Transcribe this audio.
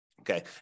Okay